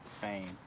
fame